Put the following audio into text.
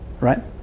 right